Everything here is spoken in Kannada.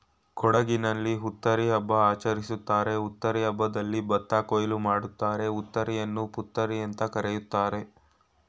ಕೊಡಗಿನಲ್ಲಿ ಹುತ್ತರಿ ಹಬ್ಬ ಆಚರಿಸ್ತಾರೆ ಹುತ್ತರಿ ಹಬ್ಬದಲ್ಲಿ ಭತ್ತ ಕೊಯ್ಲು ಮಾಡ್ತಾರೆ ಹುತ್ತರಿಯನ್ನು ಪುತ್ತರಿಅಂತ ಕರೀತಾರೆ